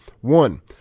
One